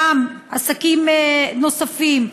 וגם עסקים נוספים,